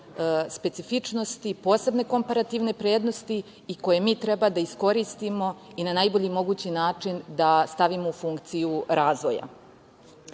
specifičnosti, posebne komparativne prednosti i koje mi treba da iskoristimo i na najbolji mogući način da stavimo u funkciju razvoja. Takođe,